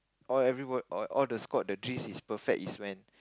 all everyone all all the squad the drills is perfect is when